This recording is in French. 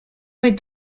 est